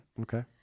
Okay